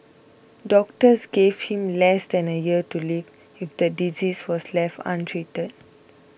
doctors gave him less than a year to live if the disease was left untreated